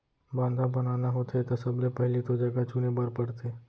बांधा बनाना होथे त सबले पहिली तो जघा चुने बर परथे